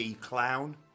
clown